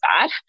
bad